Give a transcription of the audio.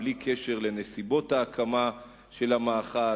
בלי קשר לנסיבות ההקמה של המאחז,